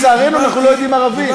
ולצערנו אנחנו לא יודעים ערבית.